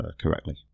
correctly